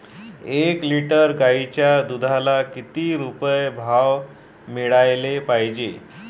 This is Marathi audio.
एक लिटर गाईच्या दुधाला किती रुपये भाव मिळायले पाहिजे?